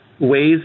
ways